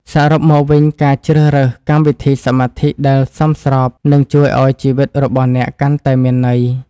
សរុបមកវិញការជ្រើសរើសកម្មវិធីសមាធិដែលសមស្របនឹងជួយឱ្យជីវិតរបស់អ្នកកាន់តែមានន័យ។